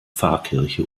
pfarrkirche